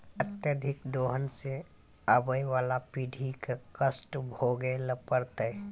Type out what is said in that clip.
अत्यधिक दोहन सें आबय वाला पीढ़ी क कष्ट भोगै ल पड़तै